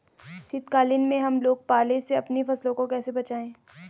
शीतकालीन में हम लोग पाले से अपनी फसलों को कैसे बचाएं?